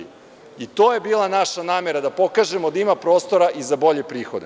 I to je bila naša namera, da pokažemo da ima prostora i za bolje prihode.